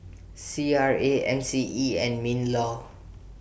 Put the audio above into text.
C R A M C E and MINLAW